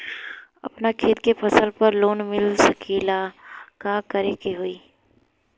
अपना खेत के फसल पर लोन मिल सकीएला का करे के होई?